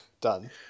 Done